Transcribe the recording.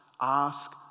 Ask